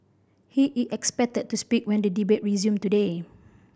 he is expected to speak when the debate resume today